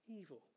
evil